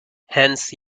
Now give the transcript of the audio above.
hence